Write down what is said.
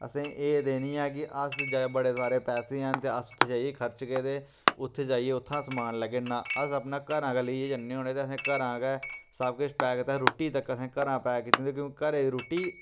असें एह् ते नी ऐ कि अस बड़े सारे पैसे हैन ते अस उत्थे जाइयै खर्चगे ते उत्थै जाइयै उत्थां समान लैगे नां अस अपने घरा गै लेइयै जन्ने होन्ने ते असें घरा गै सब किश पैक कीता रुट्टी तक असें घरा पैक कीती दी होंदी क्योंकि घरै दी रुट्टी